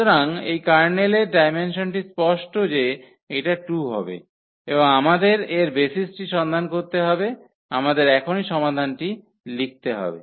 সুতরাং এই কার্নেলের ডায়মেনসনটি স্পষ্ট যে এটা 2 হবে এবং আমাদের এর বেসিসটি সন্ধান করতে হবে আমাদের এখনই সমাধানটি লিখতে হবে